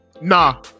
Nah